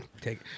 take